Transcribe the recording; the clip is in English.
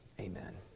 Amen